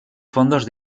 fondos